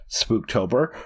Spooktober